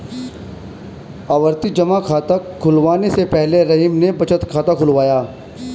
आवर्ती जमा खाता खुलवाने से पहले रहीम ने बचत खाता खुलवाया